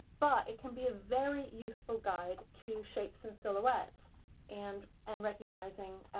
but it can be a very useful guide to shape some silhouettes and and recognizing